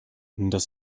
das